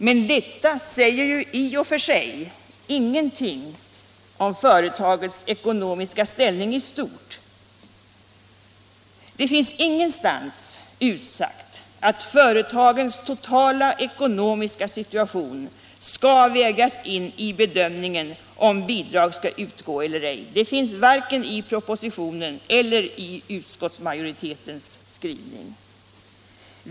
Men detta säger ju i och för sig ingenting om företagens ekonomiska ställning i stort. Det finns ingenstans utsagt att företagens ekonomiska situation skall vägas in i bedömningen av om bidrag skall utgå eller ej — varken i propositionen eller i utskottsmajoritetens skrivning.